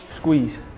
Squeeze